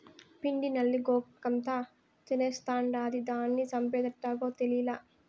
పిండి నల్లి గోగాకంతా తినేస్తాండాది, దానిని సంపేదెట్టాగో తేలీలా